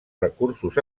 recursos